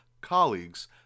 colleagues